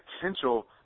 potential